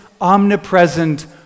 omnipresent